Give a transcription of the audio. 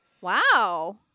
Wow